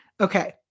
Okay